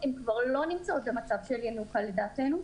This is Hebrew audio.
הן כבר לא נמצאות של ינוקא, לדעתנו,